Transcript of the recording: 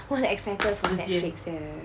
我很 excited netflix leh